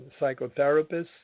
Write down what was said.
psychotherapists